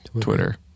Twitter